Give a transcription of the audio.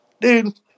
dude